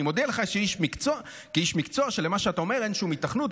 אני מודיע לך כאיש מקצוע שֶׁלמה שאתה אומר אין שום היתכנות",